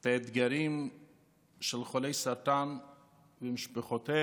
את האתגרים של חולי הסרטן ומשפחותיהם.